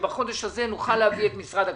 ובחודש הזה נוכל להביא את משרד הכלכלה,